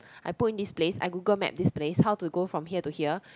I put in this place I Google map this place how to go from here to here